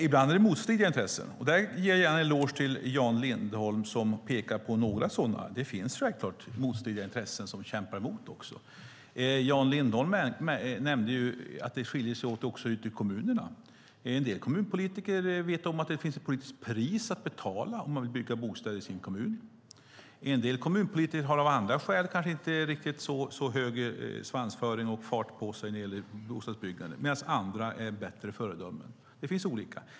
Ibland finns motstridiga intressen. Där ger jag gärna en eloge till Jan Lindholm, som pekar på några sådana. Det finns självklart intressen som kämpar mot varandra. Jan Lindholm sade att det skiljer sig åt ute i kommunerna. En del kommunpolitiker vet att det finns ett politiskt pris att betala om man ska bygga bostäder i kommunen. En del kommunpolitiker har av andra skäl kanske inte så hög svansföring och fart när det gäller bostadsbyggandet, medan andra är bättre föredömen.